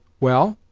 well?